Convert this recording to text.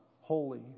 holy